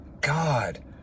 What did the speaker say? God